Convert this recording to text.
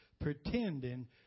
pretending